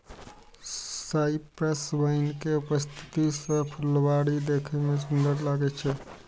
cypress vine के उपस्थिति सं फुलबाड़ी देखै मे सुंदर लागै छै